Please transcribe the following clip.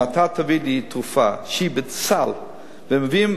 אם אתה תביא לי תרופה שהיא בסל ומביאים